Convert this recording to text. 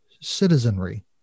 citizenry